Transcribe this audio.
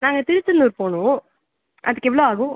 நாங்கள் திருச்செந்தூர் போகனும் அதுக்கு எவ்வளோ ஆகும்